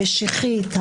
המשיחית,